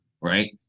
right